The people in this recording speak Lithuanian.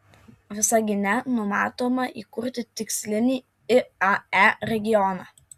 visagine numatoma įkurti tikslinį iae regioną